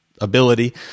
ability